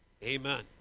Amen